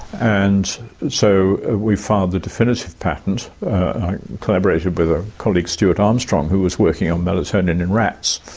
and so we filed the definitive patent, i collaborated with a colleague, stuart armstrong, who was working on melatonin in rats,